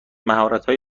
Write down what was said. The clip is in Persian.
مهراتهای